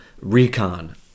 recon